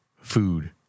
food